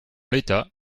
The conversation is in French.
l’état